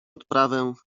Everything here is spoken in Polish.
odprawę